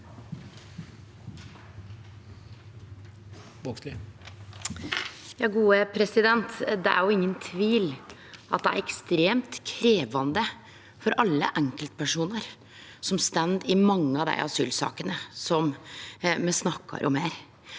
komiteen): Det er ingen tvil om at det er ekstremt krevjande for alle enkeltpersonar som står i mange av dei asylsakene som me snakkar om her.